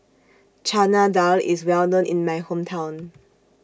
Chana Dal IS Well known in My Hometown